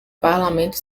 parlamento